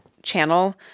channel